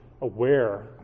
aware